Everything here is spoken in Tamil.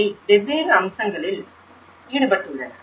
அவை வெவ்வேறு அம்சங்களில் ஈடுபட்டுள்ளன